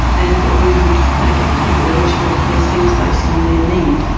and that we would make people eligible for these things based on their need,